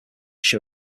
show